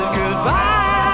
goodbye